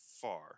far